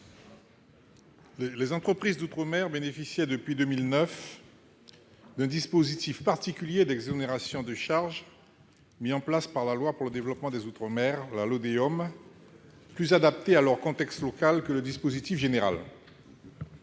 Les entreprises des outre-mer bénéficiaient depuis 2009 d'un dispositif particulier d'exonérations de charges mis en place par la loi pour le développement économique des outre-mer, la LODEOM, plus adapté à leur contexte local que le régime général.